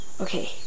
Okay